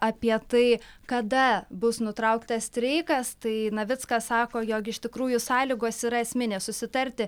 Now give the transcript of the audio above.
apie tai kada bus nutrauktas streikas tai navickas sako jog iš tikrųjų sąlygos yra esminės susitarti